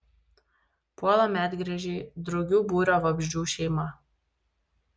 puola medgręžiai drugių būrio vabzdžių šeima